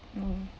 mm